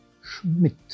Schmidt